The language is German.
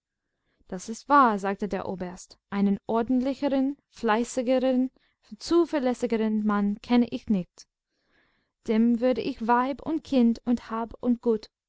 das ist wahr sagte der oberst einen ordentlicheren fleißigeren zuverlässigeren mann kenne ich nicht dem würde ich weib und kind und hab und gut